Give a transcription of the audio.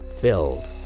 filled